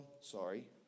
sorry